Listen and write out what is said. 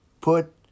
put